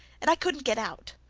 and i couldn't get out.